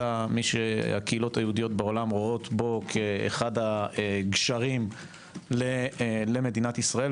אתה מי שהקהילות היהודיות בעולם רואות בו כאחד הגשרים למדינת ישראל,